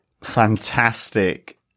fantastic